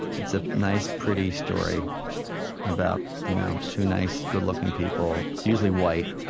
it's a nice, pretty story about you know two nice, good-looking people, usually white,